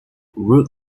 root